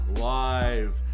live